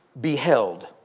beheld